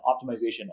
optimization